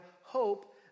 hope